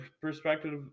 perspective